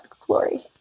glory